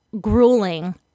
grueling